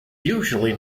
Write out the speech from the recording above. usually